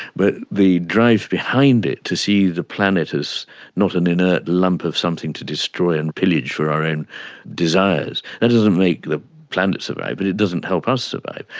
but the drive behind it to see the planet as not an inert lump of something to destroy and pillage for our own desires, that doesn't make the planet survive but it doesn't help us survive.